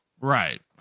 Right